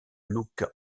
look